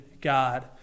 God